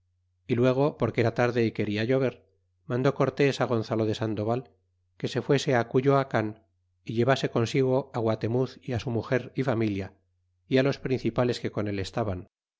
y luego porque era tarde y quena llover mandó cortés gonzalo le sandoval que se fuese cuyoacoan y llevase consigo guatemuz y ft su muger y fa milla y los principales que con el estaban